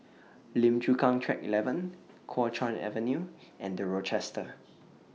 Lim Chu Kang Track eleven Kuo Chuan Avenue and The Rochester